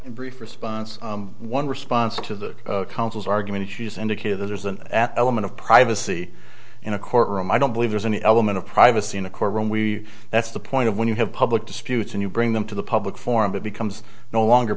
in brief response one response to the council's argument she's indicated there's an atom of privacy in a courtroom i don't believe there's an element of privacy in a courtroom we that's the point of when you have public disputes and you bring them to the public forum it becomes no longer